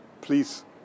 please